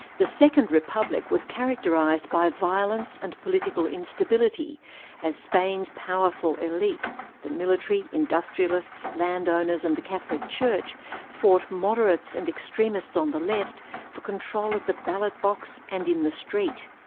the second republic was characterised by violence and political instability as spain's powerful elite the military, industrialists, land owners and the catholic church fought moderates and extremists on the left for control at the ballot box and in the street.